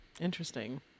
Interesting